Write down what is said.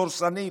דורסנית